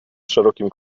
szerokim